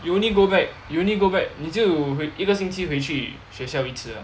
you only go back you only go back 你就回一个星期回去学校一次啊